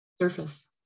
surface